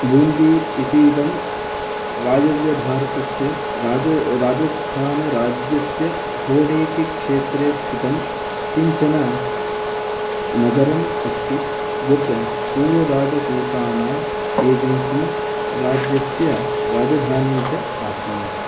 बून्दी इतीदं वायव्यभारतस्य राज राजस्थानराज्यस्य हाडोतिक्षेत्रे स्थितं किञ्चन नगरम् अस्ति यत् पूर्वराजपूताना एजेन्सी राज्यस्य राजधानी च आसीत्